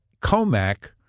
Comac